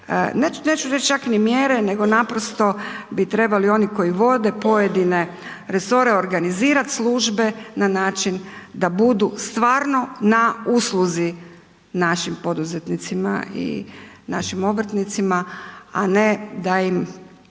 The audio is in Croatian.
neću reći čak ni mjere nego naprosto bi trebali oni koji vode pojedine resore organizirat službe na način da budu stvarno na usluzi našim poduzetnicima i našim obrtnicima, a ne da im